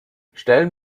stellen